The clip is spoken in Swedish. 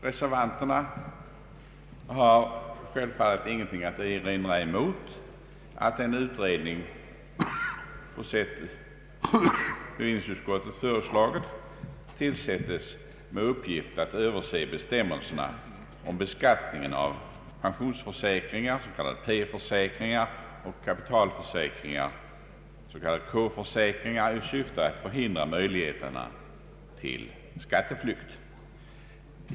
Reservanterna har självfallet ingenting att erinra mot att en utredning på sätt bevillningsutskottet har föreslagit tillsätts med uppgift att överse bestämmelserna om beskattningen av pensionsförsäkringar, s.k. P-försäkringar, och kapitalförsäkringar, s.k. K-försäkringar, i syfte att förhindra möjligheterna till skatteflykt.